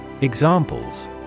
Examples